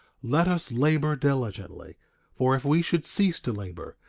let us labor diligently for if we should cease to labor,